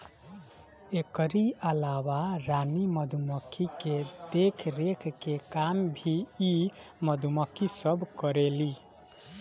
एकरी अलावा रानी मधुमक्खी के देखरेख के काम भी इ मधुमक्खी सब करेली